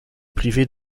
privée